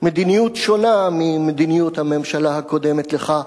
מדיניות שונה ממדיניות הממשלה הקודמת לך,